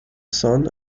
son